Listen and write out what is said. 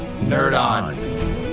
NerdOn